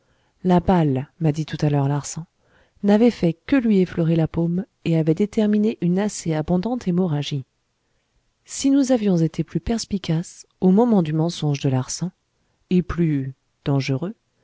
la balle m'a dit tout à l'heure larsan n'avait fait que lui effleurer la paume et avait déterminé une assez abondante hémorragie si nous avions été plus perspicaces au moment du mensonge de larsan et plus dangereux